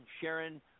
Sharon